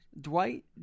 Dwight